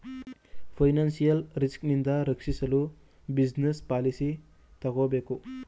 financial risk ನಿಂದ ರಕ್ಷಿಸಲು business policy ತಕ್ಕೋಬೇಕು